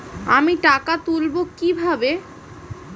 আমি টাকা তুলবো কি ভাবে?